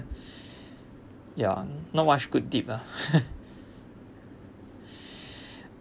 ya not much good deed ah